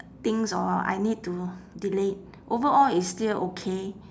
things or I need to delete overall it's still okay